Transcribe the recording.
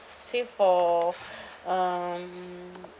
save for um